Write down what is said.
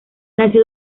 nació